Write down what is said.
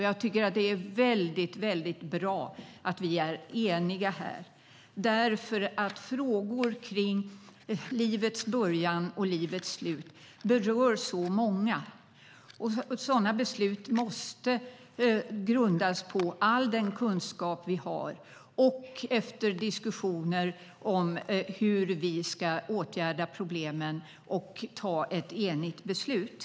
Jag tycker att det är väldigt bra att vi är eniga. Frågor kring livets början och livets slut berör många. Sådana beslut måste grundas på all den kunskap vi har. Och efter diskussioner om hur vi ska åtgärda problemen handlar det om att ta ett enigt beslut.